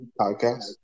podcast